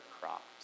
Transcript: crops